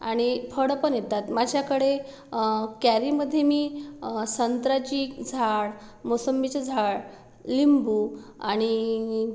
आणि फळं पण येतात माझ्याकडे कॅरीमध्ये मी संत्र्याची झाड मोसंबीचं झाड लिंबू आणि